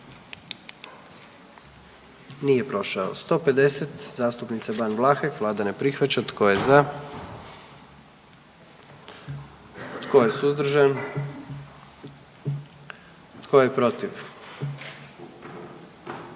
44. Kluba zastupnika SDP-a, vlada ne prihvaća. Tko je za? Tko je suzdržan? Tko je protiv?